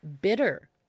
bitter